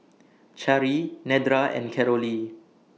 Cari Nedra and Carolee